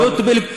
הוא לא טיפל.